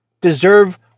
deserve